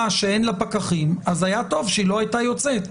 שאין לה פקחים אז היה טוב שהיא לא הייתה יוצאת.